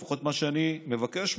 לפחות את מה שאני מבקש מהם.